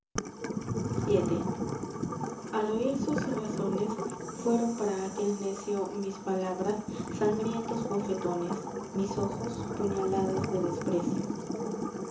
vii l oír sus razones fueron para mis mis aquel necio palabras sangrientos bofetones ojos puñaladas de desprecio